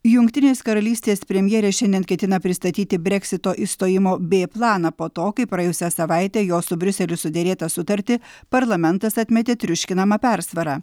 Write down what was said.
jungtinės karalystės premjerė šiandien ketina pristatyti breksito išstojimo b planą po to kai praėjusią savaitę jos su briuseliu suderėtą sutartį parlamentas atmetė triuškinama persvara